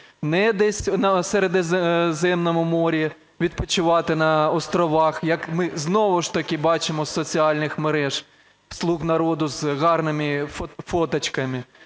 не десь на Середземному морі відпочивати на островах, як ми, знову ж таки, бачимо із соціальних мереж "слуг народу" з гарними фоточками,